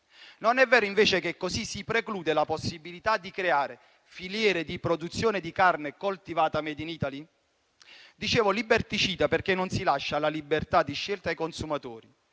Non è vero invece che così si preclude la possibilità di creare filiere di produzione di carne coltivata *made in Italy*? È liberticida perché non si lascia la libertà di scelta ai consumatori,